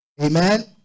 Amen